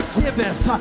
giveth